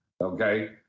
Okay